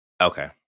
Okay